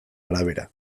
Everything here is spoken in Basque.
arabera